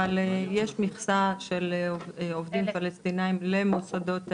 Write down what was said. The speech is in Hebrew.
אבל יש מכסה של עובדים פלשתינאים למוסדות הסיעוד.